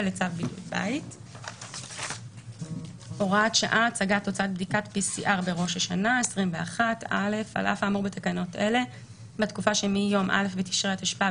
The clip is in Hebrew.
הכותל המערבי 5א. מבלי לגרוע מהאמור בתקנה 5,